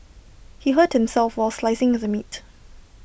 he hurt himself while slicing the meat